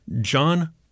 John